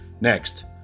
Next